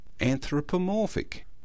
anthropomorphic